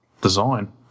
design